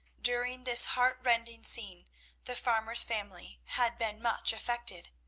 during this heart-rending scene the farmer's family had been much affected.